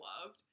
loved